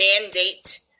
mandate